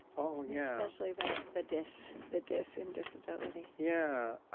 oh, yeah especially that, the dis the dis in disability. yeah.